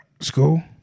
School